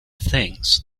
things